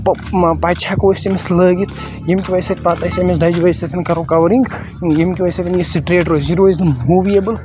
پَچہِ ہیٚکو أسۍ تٔمِس لٲگِتھ ییٚمہِ کہِ وَجہ سۭتۍ پَتہٕ أسۍ أمِس دَجہِ وَجہِ سۭتۍ کَرو کَورِنٛگ ییٚمہِ کہِ وَجہ سۭتۍ یہِ سٹریٹ روزِ یہِ روزِ نہٕ موٗویبٕل